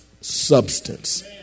substance